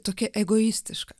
tokia egoistiška